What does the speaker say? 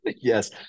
Yes